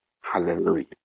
Hallelujah